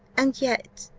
and yet,